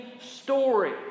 story